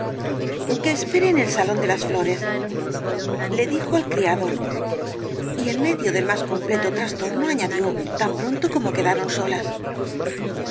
espere en el salón de las flor e s le dijo al criado y en medio del más completo trastorno añadió tan pronto como quedaron solas